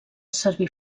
servir